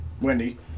Wendy